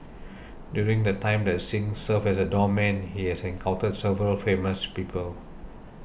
during the time that Singh served as a doorman he has encountered several famous people